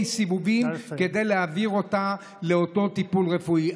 סיבובים כדי להעביר אותה לאותו טיפול רפואי.